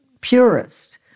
purist